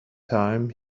time